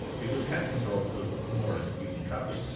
because cats and dogs are more or less cute and cuddly,